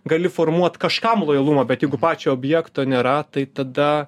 gali formuot kažkam lojalumą bet jeigu pačio objekto nėra tai tada